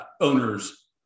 owners